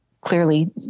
clearly